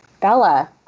Bella